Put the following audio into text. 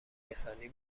کمکرسانی